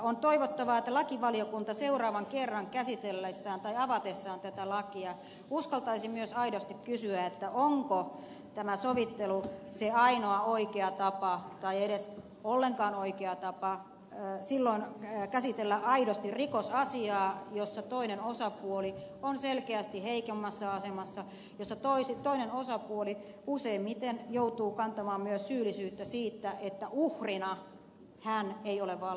on toivottavaa että lakivaliokunta seuraavan kerran käsitellessään tai avatessaan tätä lakia uskaltaisi myös aidosti kysyä onko tämä sovittelu se ainoa oikea tapa tai edes ollenkaan oikea tapa käsitellä aidosti rikosasiaa jossa toinen osapuoli on selkeästi heikommassa asemassa jossa toinen osapuoli useimmiten joutuu kantamaan myös syyllisyyttä siitä että uhrina hän ei ole valmis sovitteluun